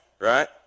right